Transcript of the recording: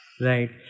Right